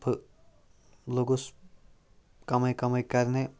بہٕ لوٚگُس کَمٕے کَمٕے کَرنہِ